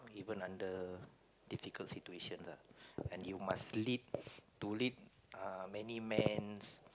even under difficult situations ah and you must lead to lead many mans